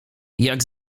jak